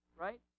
right